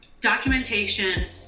documentation